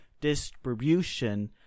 distribution